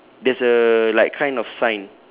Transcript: there's a like kind of sign